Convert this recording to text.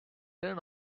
turn